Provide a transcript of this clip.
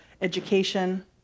education